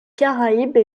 caraïbes